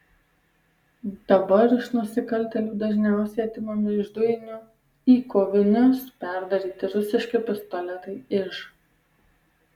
dabar iš nusikaltėlių dažniausiai atimami iš dujinių į kovinius perdaryti rusiški pistoletai iž